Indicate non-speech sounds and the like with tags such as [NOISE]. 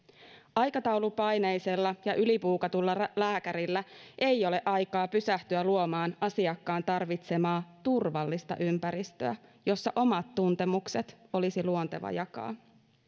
aikataulupaineisella ja ylibuukatulla lääkärillä [UNINTELLIGIBLE] ei ole aikaa pysähtyä luomaan asiakkaan tarvitsemaa turvallista ympäristöä jossa omat tuntemukset olisi luonteva jakaa